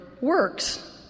works